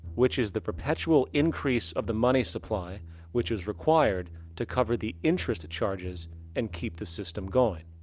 which is the perpetual increase of the money supply which is required to cover the interest charges and keep the system going.